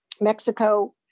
Mexico